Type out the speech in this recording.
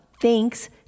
thanks